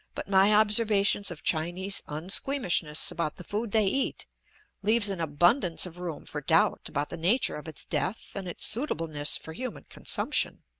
but my observations of chinese unsqueamishness about the food they eat leaves an abundance of room for doubt about the nature of its death and its suitableness for human consumption.